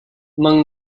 among